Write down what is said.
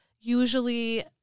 usually